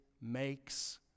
makes